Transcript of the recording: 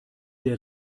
der